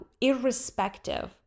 irrespective